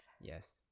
yes